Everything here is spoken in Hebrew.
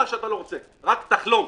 רק תחלום,